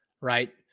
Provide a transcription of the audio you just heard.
right